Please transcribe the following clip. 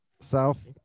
South